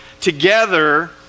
together